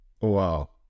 Wow